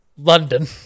London